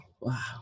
wow